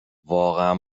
واقعا